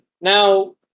Now